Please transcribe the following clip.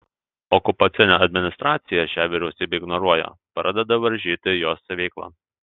okupacinė administracija šią vyriausybę ignoruoja pradeda varžyti jos veiklą